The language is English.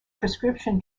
prescription